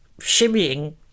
shimmying